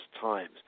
times